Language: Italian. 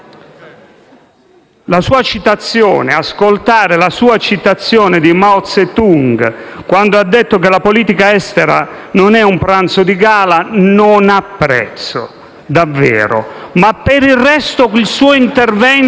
Casini, ascoltare la sua citazione di Mao Tse-tung, quando ha detto che la politica estera non è un pranzo di gala, non ha davvero prezzo, ma per il resto il suo intervento